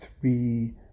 three